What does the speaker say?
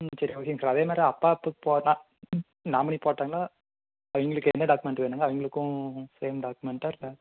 ம் சரி ஓகேங்க சார் அதேமாதிரி அப்பா பேரை நாமினி போட்டோன்னா அவங்களுக்கு என்ன டாக்குமெண்ட் வேணுங்க அவங்களுக்கும் சேம் டாக்குமெண்ட்டா இல்லை